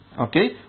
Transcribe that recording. okay